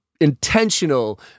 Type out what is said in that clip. intentional